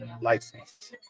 license